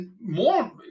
More